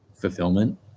fulfillment